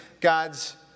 God's